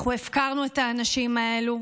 אנחנו הפקרנו את האנשים האלה.